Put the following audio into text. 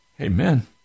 Amen